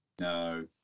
No